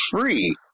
free